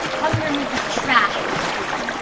tell em to remove this trash from school.